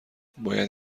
باید